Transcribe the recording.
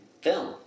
film